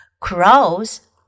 Crows